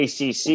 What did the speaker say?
ACC